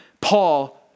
Paul